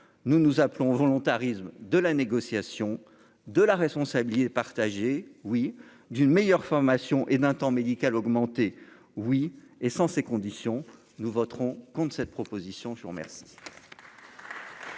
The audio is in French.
nous nous appelons volontarisme de la négociation de la responsabilité partagée, oui, d'une meilleure formation et d'un temps médical augmenter oui et sans ces conditions, nous voterons contre cette proposition, je vous remercie.